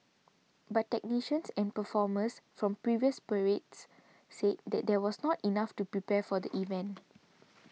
but technicians and performers from previous parades said that was not enough to prepare for the event